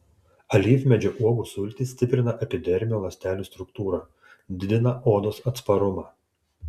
alyvmedžio uogų sultys stiprina epidermio ląstelių struktūrą didina odos atsparumą